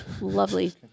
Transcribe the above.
lovely